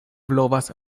blovas